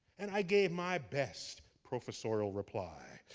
and i gave my best professorial reply.